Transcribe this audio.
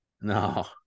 No